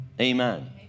amen